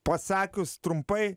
pasakius trumpai